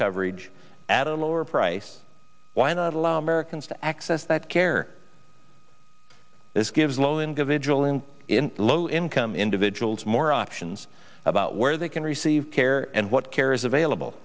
coverage at a lower price why not allow americans to access that care this gives low individual and low income individuals more options about where they can receive care and what care is available